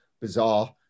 bizarre